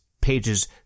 pages